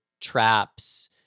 traps